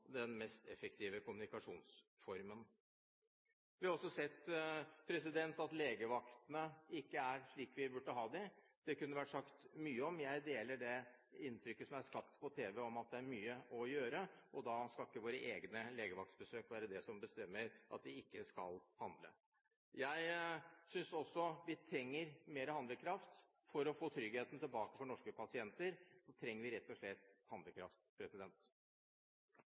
den mest effektive kommunikasjonsformen. Vi har også sett at legevaktene ikke er slik de burde være. Det kunne det vært sagt mye om. Jeg deler det inntrykket som er skapt på tv om at det er mye å gjøre, og våre egne legevaktbesøk skal ikke være det som bestemmer at vi ikke skal handle. Jeg synes også vi trenger mer handlekraft. For å få tryggheten tilbake for norske pasienter, trenger vi rett og slett handlekraft.